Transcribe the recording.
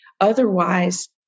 Otherwise